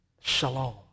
Shalom